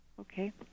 Okay